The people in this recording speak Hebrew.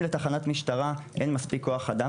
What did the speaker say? אם לתחנת משטרה אין מספיק כוח אדם,